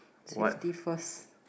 safety first